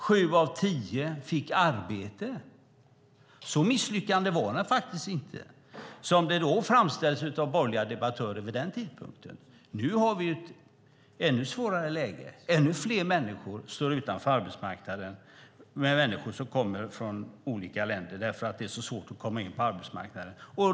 Sju av tio fick arbete. Den var faktiskt inte så misslyckad som den framställdes av borgerliga debattörer vid den tidpunkten. Nu har vi ett ännu svårare läge. Ännu fler människor står utanför arbetsmarknaden. Det är människor som kommer från olika länder. Det är svårt att komma in på arbetsmarknaden.